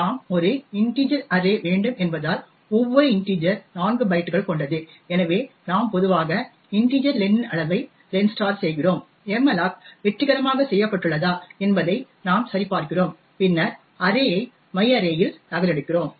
நாம் ஒரு integer array வேண்டும் என்பதால் ஒவ்வொரு இன்டிஜர் 4 பைட்டுகள் கொண்டது எனவே நாம் பொதுவாக இன்டிஜர் இன் அளவை len செய்கிறோம் malloc வெற்றிகரமாக செய்யப்பட்டுள்ளதா என்பதை நாம் சரிபார்க்கிறோம் பின்னர் அர்ரே ஐ மை அர்ரே இல் நகலெடுக்கிறோம்